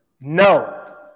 No